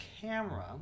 camera